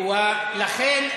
לכן,